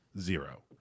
zero